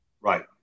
Right